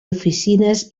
oficines